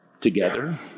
together